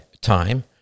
time